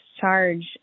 charge